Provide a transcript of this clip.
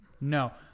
No